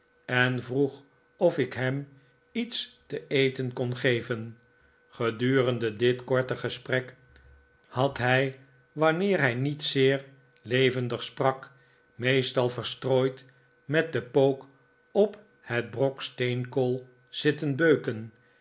en vroeg of ik hem iets te eten kon geven gedurende dit korte gesprek had hij wanneer hij niet zeer levendig sprak meestal verstrooid met den pook op het brok steenkool zitten beuken